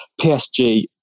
PSG